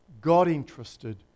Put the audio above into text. God-interested